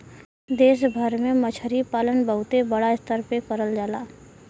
देश भर में मछरी पालन बहुते बड़ा स्तर पे करल जाला